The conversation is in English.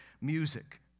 music